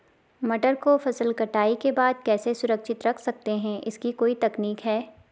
मटर को फसल कटाई के बाद कैसे सुरक्षित रख सकते हैं इसकी कोई तकनीक है?